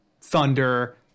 Thunder